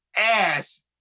ass